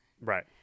Right